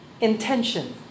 intention